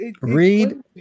Read